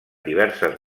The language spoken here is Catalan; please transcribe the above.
diverses